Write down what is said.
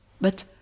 But